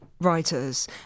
Writers